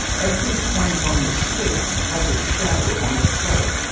every point on the sphere has its shadow on the plane.